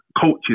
coaches